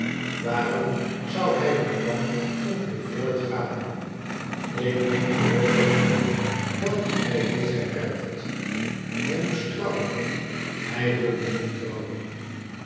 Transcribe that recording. waarom zou hij er dan nog mee voortgaan ik meen gehoord te hebben dat hij heeft geerfd hij moest trouwen hij wil niet trouwen